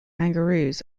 kangaroos